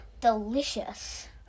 Delicious